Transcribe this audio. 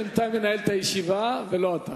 אדוני, אני בינתיים מנהל את הישיבה ולא אתה.